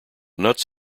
nuts